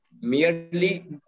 merely